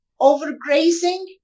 Overgrazing